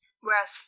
whereas